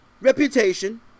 Reputation